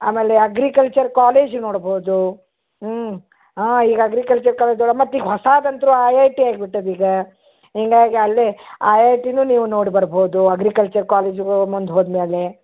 ಆಮೇಲೆ agriculture college ನೋಡ್ಬೋದು ಊಂ ಹಾಂ ಈಗ ಅಗ್ರಿಕಲ್ಚರ್ ಕಾಲೇಜೊಳಗೆ ಮತ್ತೆ ಈಗ ಹೊಸದು ಅಂತು ಐ ಐ ಟಿ ಆಗ್ಬಿಟ್ಟಿದೆ ಈಗ ಹಿಂಗಾಗಿ ಅಲ್ಲೇ ಐ ಐ ಟಿನು ನೀವು ನೋಡಿ ಬರ್ಬೋದು ಅಗ್ರಿಕಲ್ಚರ್ ಕಾಲೇಜು ಮುಂದೆ ಹೋದ ಮೇಲೆ